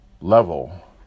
level